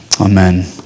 Amen